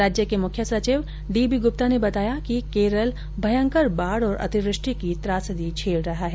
राज्य के मुख्य सचिव डीबी गुप्ता ने बताया कि केरल भयंकर बाढ़ और अतिवृष्टि की त्रासदी झेल रहा है